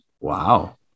Wow